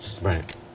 Right